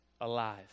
Alive